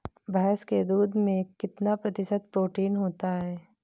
भैंस के दूध में कितना प्रतिशत प्रोटीन होता है?